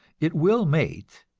it will mate,